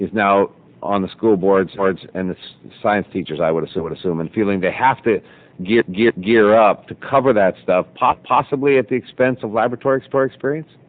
is now on the school board science and the science teachers i would assume would assume and feeling they have to get good gear up to cover that stuff pop possibly at the expense of laboratories for experience